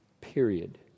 period